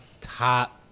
top